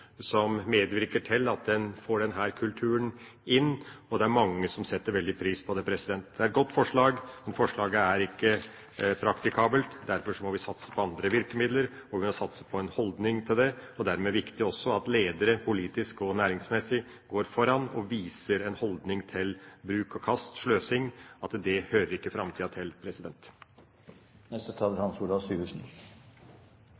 som medvirker til at en får denne kulturen inn, og det er mange som setter veldig pris på det. Dette er et godt forslag, men forslaget er ikke praktikabelt. Derfor må vi satse på andre virkemidler og på en annen holdning til dette, og dermed er det også viktig at ledere, politisk og næringsmessig, går foran og viser en holdning til bruk-og-kast-sløsing som hører framtida til. Det var en flertallsdebatt i forrige sak. Jeg tror ikke